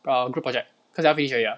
err group project 他讲他 finished already [what]